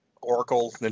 Oracle